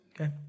Okay